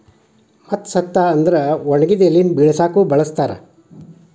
ಮತ್ತ ಸತ್ತ ಅಂದ್ರ ಒಣಗಿದ ಎಲಿನ ಬಿಳಸಾಕು ಬಳಸ್ತಾರ